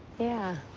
yeah.